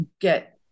get